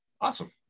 Awesome